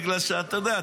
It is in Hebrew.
בגלל שאתה יודע,